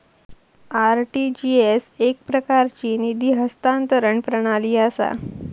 RTGS एकप्रकारची निधी हस्तांतरण प्रणाली असा